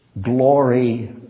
glory